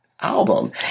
album